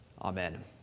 Amen